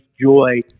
joy